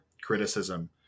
criticism